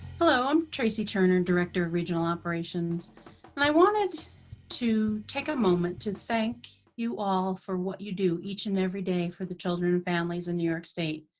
hello i'm tracey turner, director of regional operations and i wanted to take a moment to thank you all for what you do each and every day for the children and families in new york state.